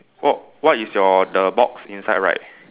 what what is your the box inside write